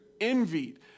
envied